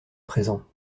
présent